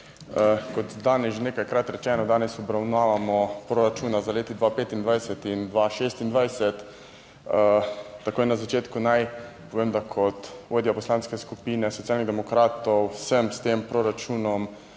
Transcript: Kot danes že nekajkrat rečeno, danes obravnavamo proračuna za leti 2025 in 2026, takoj na začetku naj povem, da kot vodja Poslanske skupine Socialnih demokratov sem s tem proračunom